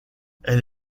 elle